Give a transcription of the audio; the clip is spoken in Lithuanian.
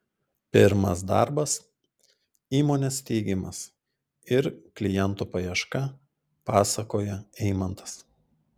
pirmas darbas įmonės steigimas ir klientų paieška pasakoja eimantas